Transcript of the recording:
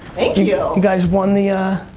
thank you. you guys won the,